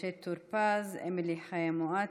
2502, 2513,